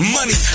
Money